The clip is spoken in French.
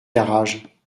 garage